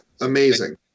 amazing